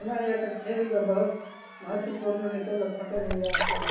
ᱚᱱᱟ ᱤᱭᱟᱹᱛᱮ ᱠᱷᱮᱞ ᱫᱚ ᱵᱚᱦᱩᱜ ᱢᱚᱦᱚᱛᱛᱚᱯᱩᱨᱱᱚ ᱱᱤᱛᱚᱜ ᱫᱚ ᱠᱟᱱᱟ